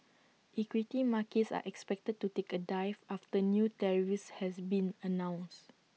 equity markets are expected to take A dive after new tariffs has been announced